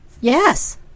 Yes